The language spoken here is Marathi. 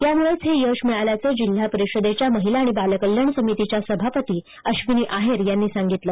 त्यामूळेच यश मिळाल्याचे जिल्हा परिषदेच्या महिला आणि बाल कल्याण समितीच्या सभापती अश्वीनी आहेर यांनी सांगितले